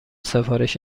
سفارش